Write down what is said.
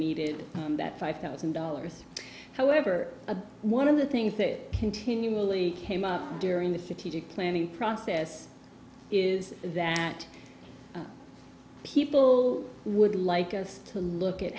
needed that five thousand dollars however one of the things that continually came up during the city to planning process is that people would like us to look at